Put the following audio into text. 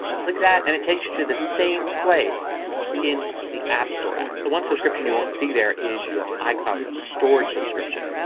click that and it takes you to the same place in the app store app. the one subscription that you won't see there is your icloud storage subscription.